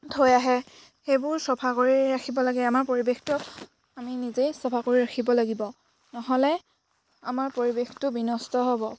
থৈ আহে সেইবোৰ চাফা কৰি ৰাখিব লাগে আমাৰ পৰিৱেশটো আমি নিজেই চফা কৰি ৰাখিব লাগিব নহ'লে আমাৰ পৰিৱেশটো বিনষ্ট হ'ব